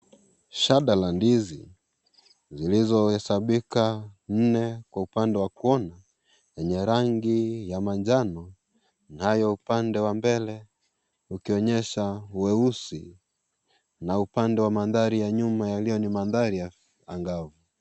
Shada la ndizi zilizohesabika nne kwa upande wa konayenye rangi ya manjano. Nayo upande wa mbele ukionyesha uweusi na upande wa mandhari ya nyuma ni mandari ya angao.